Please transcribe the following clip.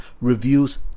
reviews